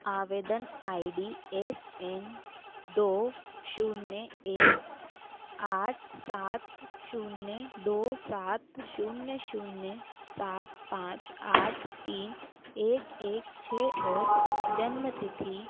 आवेदन I D S N दो शून्य एक आठ सात शून्य दो सात शून्य शून्य सात पाँच आठ तीन एक एक छः और जन्म तिथि